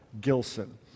Gilson